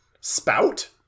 spout